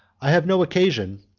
i have no occasion,